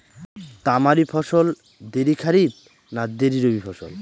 তামারি ফসল দেরী খরিফ না দেরী রবি ফসল?